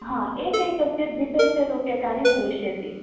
हा एकैकस्य द्विसहस्ररूप्यकाणि भविष्यन्ति